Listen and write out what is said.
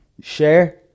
share